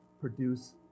produce